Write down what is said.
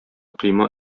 койма